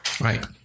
Right